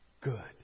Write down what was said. good